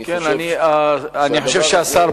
אני חושב שהדבר הזה, אני חושב שהשר פה.